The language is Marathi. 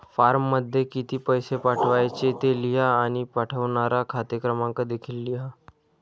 फॉर्ममध्ये किती पैसे पाठवायचे ते लिहा आणि पाठवणारा खाते क्रमांक देखील लिहा